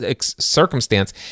circumstance